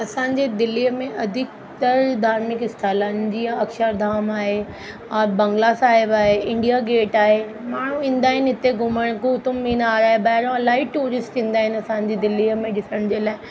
असांजे दिल्लीअ में अधिकतर धार्मिक स्थल आहिनि जीअं अक्षरधाम आहे औरि बंगला साहिब आहे इंडिया गेट आहे माण्हू ईंदा आहिनि हिते घुमणु कुतूब मीनार आहे ॿाहिरां इलाही टूरिस्ट ईंदा आहिनि असांजे दिल्लीअ में ॾिसण जे लाइ